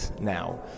now